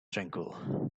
tranquil